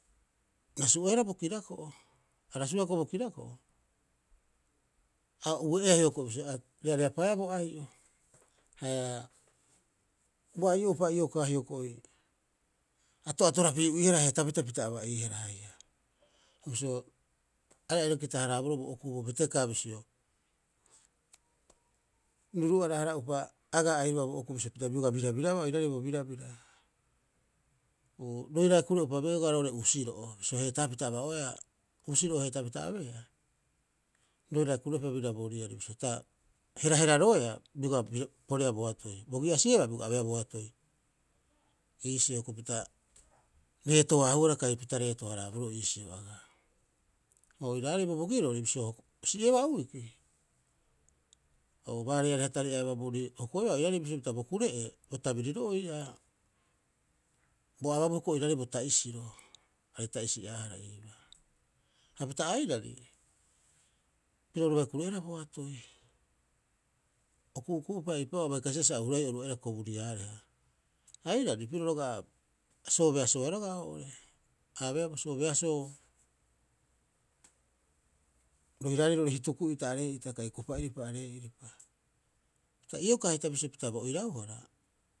Rasu'oehara bo kirako'o. A rasuia hioko'i bo kirako'o, a ue'eea hioko'i bisio a reareapaaea boai'o aa, ua ai'o'upa iokaa hioko'i ato'atorapiu'iihara, heetaapita pita aba'iihara haia. Bisio, are aira kita- haraaboroo bo okuu bo betakaa bisio, ruuruu'ara- hara'upa agaa airaba bo okuu bisio bioga birabirabaa oiraarei bo birabira roiraae kure'upa begaa roo'ore usiro'o bisio heetaaapita aba'oea, usiro'o heetaapita abeea, roiraae kure'upa biraa bo riari bisio ta heraheraroea, bioga poreea boatoi, bogi'asieba biru abeea boatoi. Iisio hioko'i pita reeto- haahuara kai pita reeto- haraaboroo iisio agaa. Ha oiraarei bobogirori bisio si'iebaa uiki, o baareareha tari'aeuba boorii hokoebaa oiraare bisio pita bo kure'ee, bo tabiriro'oo ii'aa bo ababuu hioko'i oiraarei bo ta'isiro. Aarei ta'isi'aahara iibaa. Hapita airari piro oru bai kure'eehara boatoi. O ku'uku'u'upa eipa'oo abai kasibaa sa o huraiiu oru aira koburiareha. Ha airari, piro roga'a soobeasooea roga'a oo'ore. A abeea bo soobesoo roiraarei ro'ore hituku'ita aree'ita kai kupa'iripa aree'iripa. Hapita iokaa hita bisio pita bo irauhara.